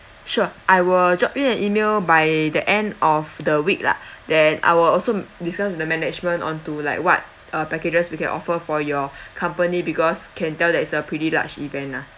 sure I will drop you an email by the end of the week lah then I will also discuss with the management on to like what uh packages we can offer for your company because can tell that it's a pretty large event lah